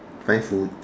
find food